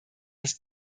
das